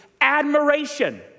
admiration